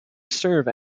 serve